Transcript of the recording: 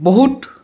বহুত